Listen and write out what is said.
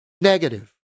negative